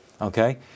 okay